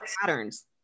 patterns